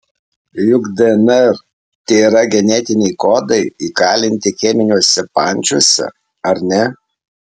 juk dnr tėra genetiniai kodai įkalinti cheminiuose pančiuose ar ne